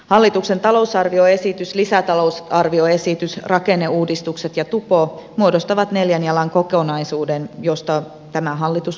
hallituksen talousarvioesitys lisätalousarvioesitys rakenneuudistukset ja tupo muodostavat neljän jalan kokonaisuuden josta tämä hallitus muistetaan